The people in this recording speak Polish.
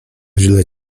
źle